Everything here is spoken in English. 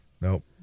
Nope